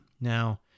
Now